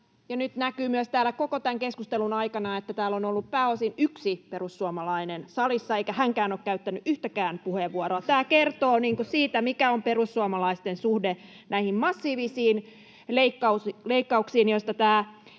nyt näkyy myös täällä koko tämän keskustelun aikana, että täällä on ollut pääosin yksi perussuomalainen salissa, eikä hänkään ole käyttänyt yhtäkään puheenvuoroa. [Vasemmalta: Ei yhtään puheenvuoroa!] Tämä kertoo siitä, mikä on perussuomalaisten suhde näihin massiivisiin leikkauksiin, joista tämä